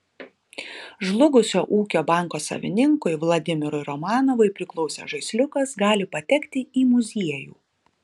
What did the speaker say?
žlugusio ūkio banko savininkui vladimirui romanovui priklausęs žaisliukas gali patekti į muziejų